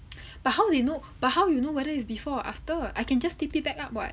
but how they know but how you know whether it's before or after I can just tape it back up [what]